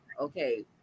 okay